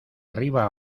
arriba